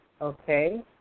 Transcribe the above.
okay